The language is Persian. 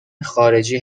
خارجی